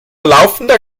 laufender